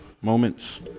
moments